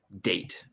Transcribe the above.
date